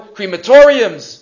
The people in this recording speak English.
Crematoriums